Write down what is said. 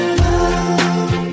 love